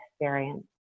experience